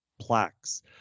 plaques